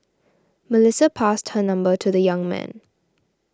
Melissa passed her number to the young man